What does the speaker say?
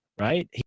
right